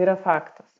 yra faktas